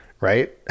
Right